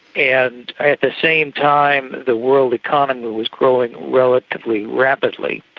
and at the same time the world economy was growing relatively rapidly.